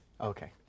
okay